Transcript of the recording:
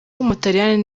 w’umutaliyani